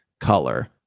color